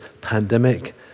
pandemic